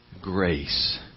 Grace